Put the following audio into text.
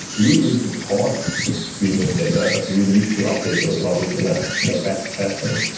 do you even support a streaming data, or do you need to update those models in ah in a batched fashion?